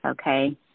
okay